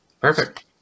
Perfect